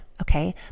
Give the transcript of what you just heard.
Okay